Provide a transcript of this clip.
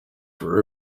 for